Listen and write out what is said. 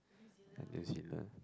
yeah New-Zealand